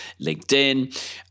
LinkedIn